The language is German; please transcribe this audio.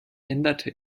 änderte